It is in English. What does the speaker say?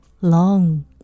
long